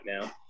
now